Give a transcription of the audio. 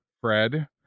Fred